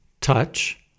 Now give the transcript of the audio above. touch